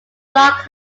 block